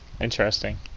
interesting